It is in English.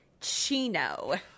Chino